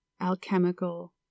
alchemical